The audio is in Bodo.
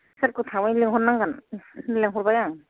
सारखौ थाबैनो लेंहरनांगोन लेंहरबाय आं